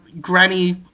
Granny